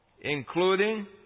Including